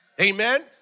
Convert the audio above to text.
Amen